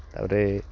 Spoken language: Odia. ତା'ପରେ